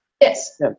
Yes